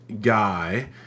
guy